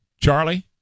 Charlie